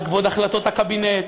על כבוד החלטות הקבינט,